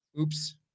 Oops